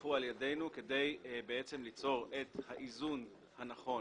ונוסחו על ידינו כדי ליצור את האיזון הנכון